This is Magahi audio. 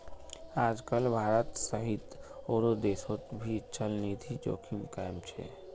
आजकल भारत सहित आरो देशोंत भी चलनिधि जोखिम कायम छे